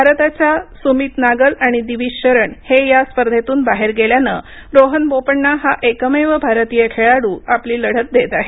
भारताच्या सुमित नागल आणि दिविज शरण हे या स्पर्धेतून बाहेर गेल्यानं रोहन बोपन्ना हा एकमेव भारतीय खेळाडू आपली लढत देत आहे